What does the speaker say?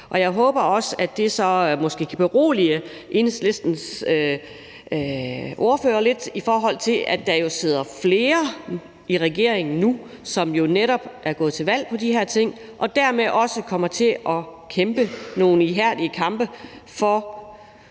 jeg håber jo så også, at det måske kan berolige Enhedslistens ordfører lidt, at der nu sidder flere i regeringen, som netop er gået til valg på de her ting, og som dermed også kommer til at kæmpe nogle ihærdige kampe for